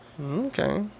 Okay